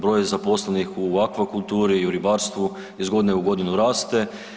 Broj zaposlenih u akvakulturi i ribarstvu iz godine u godinu raste.